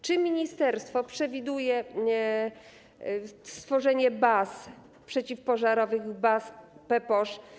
Czy ministerstwo przewiduje stworzenie baz przeciwpożarowych, baz ppoż.